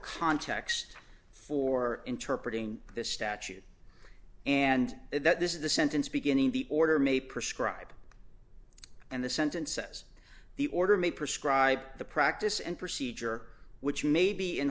context for interpret ing the statute and that this is the sentence beginning the order may prescribe and the sentence says the order may prescribe the practice and procedure which may be in